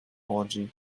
orgy